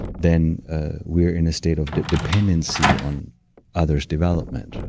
then we're in a state of dependency on others' development.